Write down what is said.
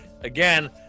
again